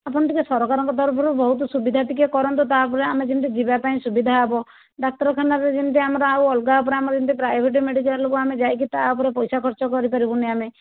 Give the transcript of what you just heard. ଆପଣ ଟିକେ ସରକାରଙ୍କ ତରଫରୁ ବହୁତ ସୁବିଧା ଟିକେ କରନ୍ତୁ ତା'ପରେ ଆମେ ଯେମିତି ଯିବା ପାଇଁ ସୁବିଧା ହବ ଡାକ୍ତରଖାନାରେ ଯେମିତି ଆମର ଆଉ ଅଲଗା ଉପରେ ଆମର ଯେମିତି ପ୍ରାଇଭେଟ୍ ମେଡ଼ିକାଲକୁ ଆମେ ଯାଇକି ତା ଉପରେ ପଇସା ଖର୍ଚ୍ଚ କରିପାରିବୁନି ଆମେ